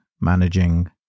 managing